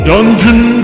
Dungeon